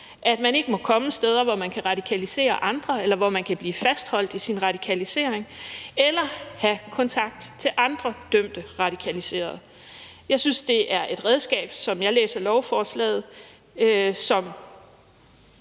at man ikke må komme steder, hvor man kan radikalisere andre, eller hvor man kan blive fastholdt i sin radikalisering eller have kontakt til andre dømte radikaliserede. Som jeg læser lovforslaget, synes